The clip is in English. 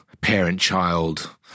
parent-child